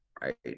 right